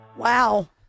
Wow